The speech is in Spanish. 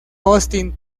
austin